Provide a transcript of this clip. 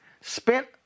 spent